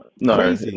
no